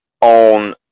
on